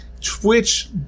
Twitch